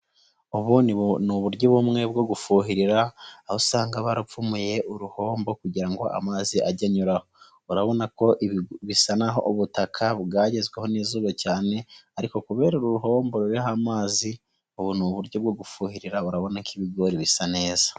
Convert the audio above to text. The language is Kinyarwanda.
Ubu ni uburyo bumwe bwo gufuhirira, aho usanga barapfumuye uruhombo kugira ngo amazi ajye anyuraho, urabona ko ibi bisa n'aho ubutaka bwagezweho n'izuba cyane ariko kubera uru ruhombo ruriho amazi, ubu ni uburyo bwo gufuhira urabona ko ibigori bisa neza.